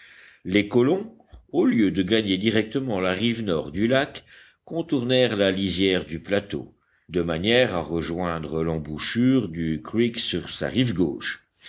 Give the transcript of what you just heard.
les colons au lieu de gagner directement la rive nord du lac contournèrent la lisière du plateau de manière à rejoindre l'embouchure du creek sur sa rive gauche